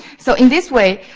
so, in this way,